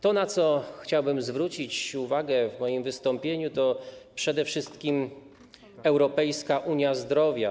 To, na co chciałbym zwrócić uwagę w moim wystąpieniu, to przede wszystkim Europejska Unia Zdrowia.